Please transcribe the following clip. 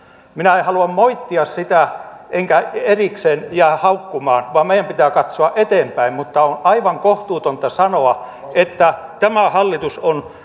minä en halua moittia sitä enkä erikseen jäädä haukkumaan vaan meidän pitää katsoa eteenpäin mutta on aivan kohtuutonta sanoa että tämä hallitus on